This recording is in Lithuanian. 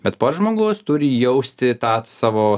bet pats žmogus turi jausti tą savo